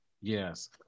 Yes